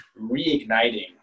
reigniting